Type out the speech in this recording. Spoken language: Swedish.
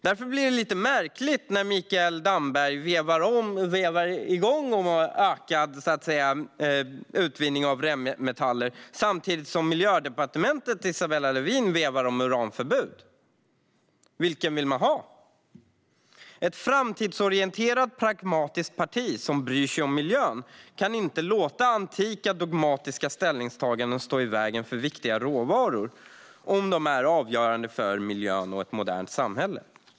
Det blir lite märkligt när Mikael Damberg vevar igång om att öka utvinningen av REM-metaller samtidigt som Miljödepartementets Isabella Lövin vevar på om uranförbud. Vilket vill man ha? Ett framtidsorienterat pragmatiskt parti som bryr sig om miljön kan inte låta antika dogmatiska ställningstaganden stå i vägen för viktiga råvaror om de är avgörande för miljön och ett modernt samhälle.